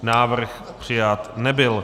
Návrh přijat nebyl.